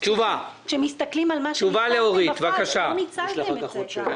כאשר אנחנו מסתכלים על מה שניצלתם בפועל אפילו לא ניצלתם את זה.